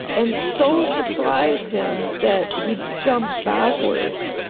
and so surprised him that he jumped backwards.